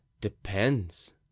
depends